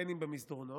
ובין שבמסדרונות.